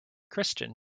kirsten